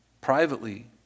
privately